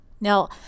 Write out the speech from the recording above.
Now